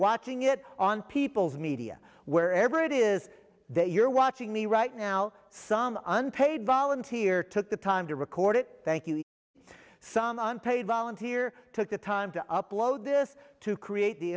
watching it on people's media wherever it is that you're watching me right now some unpaid volunteer took the time to record it thank you some unpaid volunteer took the time to upload this to create the